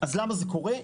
למה זה קורה?